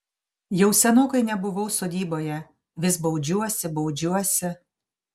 jau senokai nebuvau sodyboje vis baudžiuosi baudžiuosi